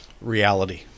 reality